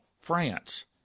France